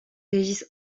régis